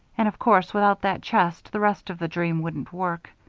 and of course, without that chest, the rest of the dream wouldn't work.